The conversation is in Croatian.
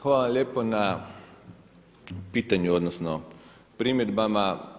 Hvala lijepo na pitanju odnosno primjedbama.